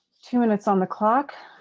two minutes on the clock.